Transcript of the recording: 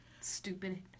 stupid